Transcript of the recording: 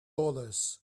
dollars